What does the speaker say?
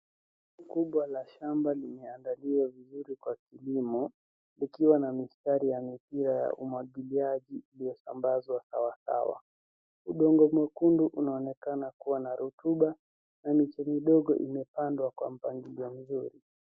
Kubwa la shamba limeandaliwa vizuri kwa kilimo likiwa na mistari ya mipira ya umwagiliaji iliyosambazwa sawasawa. Udongo mwekundu unaonekana kuwa na rutuba na miche kidogo imepandwa kwa mpangilio mzuri.